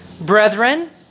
Brethren